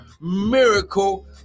miracle